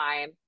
time